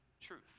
truth